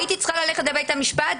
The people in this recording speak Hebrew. הייתי צריכה ללכת לבית המשפט,